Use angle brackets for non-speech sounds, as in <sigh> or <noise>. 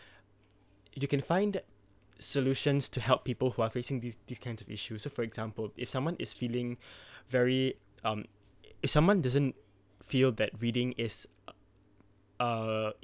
<breath> you can find that solutions to help people who are facing these these kinds of issues so for example if someone is feeling <breath> very um if someone doesn't feel that reading is uh err